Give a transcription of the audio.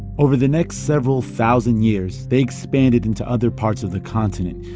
over the next several thousand years, they expanded into other parts of the continent.